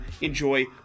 enjoy